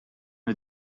the